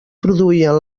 produïen